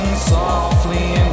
softly